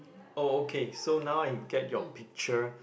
oh okay so now I get your picture